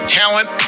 talent